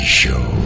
show